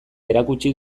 erakutsi